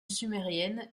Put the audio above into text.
sumérienne